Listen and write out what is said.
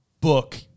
book